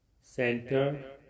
center